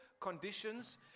conditions